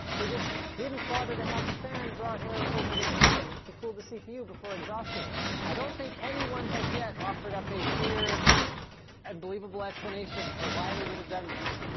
they just didn't bother to have the fan draw air over the heatsink to cool the cpu before exhausting it. i don't think anyone has yet offered up a clear and believable explanation for why they would have done this.